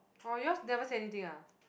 oh yours never say anything ah